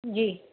जी